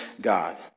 God